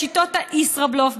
שיטות הישראבלוף,